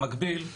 במקביל,